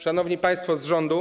Szanowni Państwo z rządu!